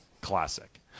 Classic